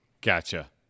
gotcha